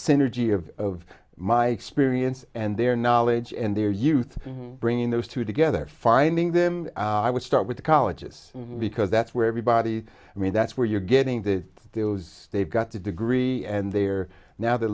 synergy of of my experience and their knowledge and their youth bringing those two together finding them i would start with the colleges because that's where everybody i mean that's where you're getting the those they've got the degree and they are now they're